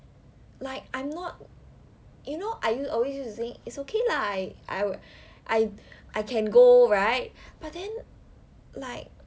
like I'm not you know I always use to think think it's okay lah like I I I can go right but then like